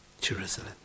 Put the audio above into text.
Jerusalem